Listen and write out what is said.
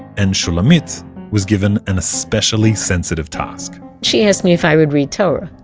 and shulamit was given an especially sensitive task she asked me if i would read torah.